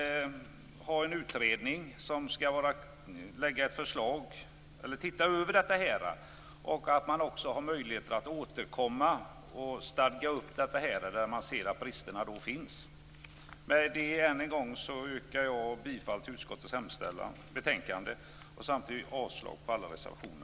En utredning skall ju se över detta, och det finns möjlighet att återkomma och åtgärda brister som kan finnas. Med det vill jag än en gång yrka bifall till utskottets hemställan och avslag på alla reservationer.